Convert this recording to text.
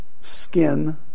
skin